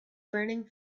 burning